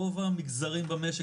רוב המגזרים במשק,